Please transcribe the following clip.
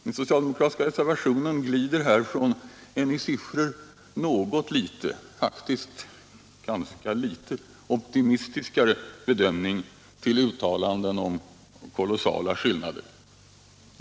Den socialdemokratiska reservationen glider här från en bedömning, som i siffror inte är mycket mer optimistisk än finansutskottets, till uttalanden om kolossala skillnader.